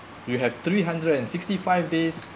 you have three hundred and sixty five days